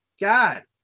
God